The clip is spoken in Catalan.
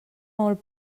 molt